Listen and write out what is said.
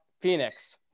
Phoenix